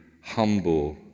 humble